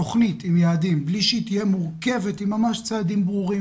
תוכנית עם יעדים בלי שהיא תהיה מורכבת עם צעדים ברורים,